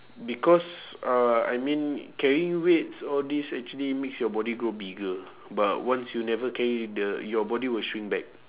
because uh I mean carrying weights all this actually makes your body grow bigger but once you never carry the your body will shrink back